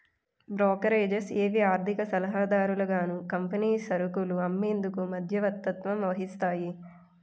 brokerages ఏవి ఆర్థిక సలహాదారులుగాను కంపెనీ సరుకులు అమ్మేందుకు మధ్యవర్తత్వం వహిస్తాయి